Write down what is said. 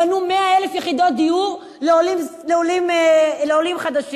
בנו 100,000 יחידות דיור לעולים חדשים.